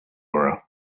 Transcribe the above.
aura